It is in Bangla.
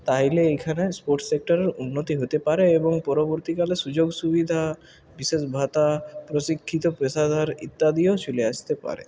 তাহলে এখানের স্পোর্টস সেক্টরের উন্নতি হতে পারে এবং পরবর্তীকালে সুযোগ সুবিধা বিশেষ ভাতা প্রশিক্ষিত পেশাধর ইত্যাদিও চলে আসতে পারে